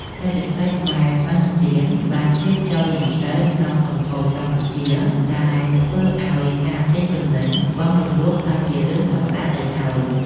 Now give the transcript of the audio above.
សេដ្ឋកិច្ចបែបឥណទានបានជ្រាបចូលយ៉ាងជ្រៅក្នុងសង្គមកម្ពុជាដែលធ្វើឱ្យការទិញទំនិញបង់រំលស់ក្លាយជារឿងធម្មតាទៅហើយ។